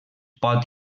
pot